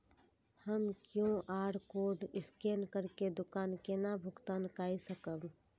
हम QR code scan करके दुकान केना भुगतान काय सकब?